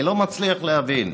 אני לא מצליח להבין.